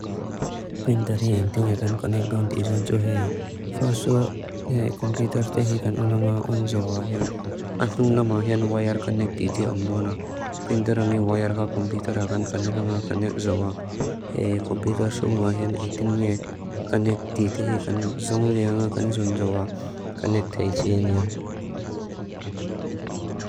Printar hi ng tine kan kanek doon tijan tsu hei. Fa sua komputer te hi kan unanga un jawa. Athung lamah iyan wire kanek titi omdona. Printar ami wire ka komputer hakan kanek anga kanek jawa. Hei komputer sua nga iyan ng tine kanek titi hi kan zung li anga kanek zung jawa. Kanek taichin iyan.